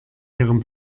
ihrem